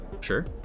Sure